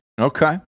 Okay